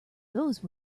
those